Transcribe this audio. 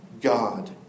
God